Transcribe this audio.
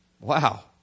Wow